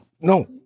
No